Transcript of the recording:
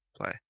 play